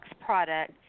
product